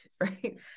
right